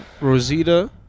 Rosita